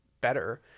better